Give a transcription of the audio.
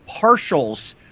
partials